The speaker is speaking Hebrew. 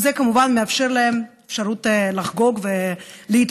וזה כמובן מאפשר להם אפשרות לחגוג ולהתפרע.